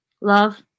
love